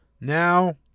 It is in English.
now